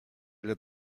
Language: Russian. для